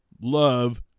love